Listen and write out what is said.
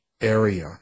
area